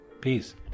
Peace